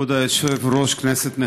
כבוד היושב-ראש, כנסת נכבדה.